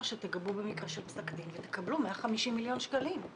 שתגבו במקרה של פסק דין ותקבלו 150 מיליון שקלים.